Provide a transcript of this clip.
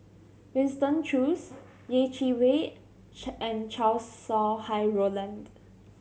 Winston Choos Yeh Chi Wei and Chow Sau Hai Roland